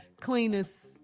cleanest